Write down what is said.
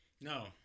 No